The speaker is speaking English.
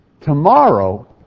Tomorrow